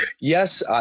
Yes